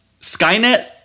Skynet